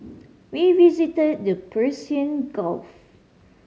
we visited the Persian Gulf